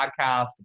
podcast